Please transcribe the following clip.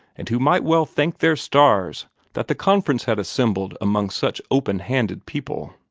and who might well thank their stars that the conference had assembled among such open-handed people.